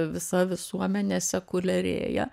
visa visuomenė sekuliarėja